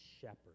shepherd